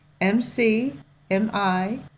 M-C-M-I